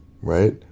right